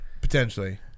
potentially